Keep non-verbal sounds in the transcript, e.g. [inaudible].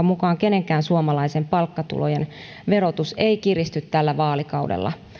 [unintelligible] mukaan kenenkään suomalaisen palkkatulojen verotus ei kiristy tällä vaalikaudella